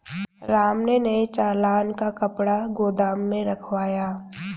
राम ने नए चालान का कपड़ा गोदाम में रखवाया